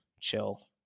chill